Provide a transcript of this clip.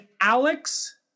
Alex